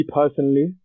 personally